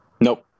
Nope